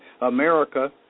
America